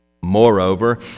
Moreover